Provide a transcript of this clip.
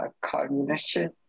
cognition